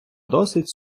досить